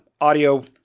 Audio